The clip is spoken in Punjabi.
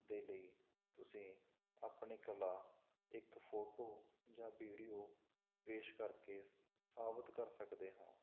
ਦੇ ਲਈ ਤੁਸੀਂ ਆਪਣੀ ਕਲਾ ਇੱਕ ਫੋਟੋ ਜਾਂ ਵੀਡੀਓ ਪੇਸ਼ ਕਰਕੇ ਸਾਬਿਤ ਕਰ ਸਕਦੇ ਹਾਂ